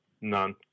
None